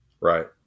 Right